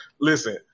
Listen